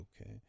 okay